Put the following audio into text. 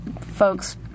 folks